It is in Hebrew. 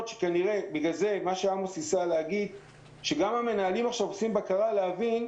עמוס ניסה להגיד שגם המנהלים עושים עכשיו בקרה להבין.